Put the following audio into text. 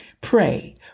Pray